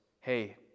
Hey